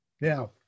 Now